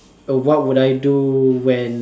uh what would I do when uh